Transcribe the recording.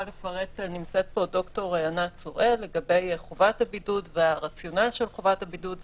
נמצאת פה ד"ר ענת צוראל לגבי הרציונל של חובת הבידוד.